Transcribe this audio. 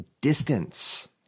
distance